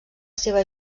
seva